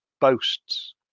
boasts